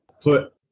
put